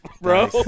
bro